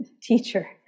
teacher